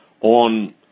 on